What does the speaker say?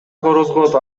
корозго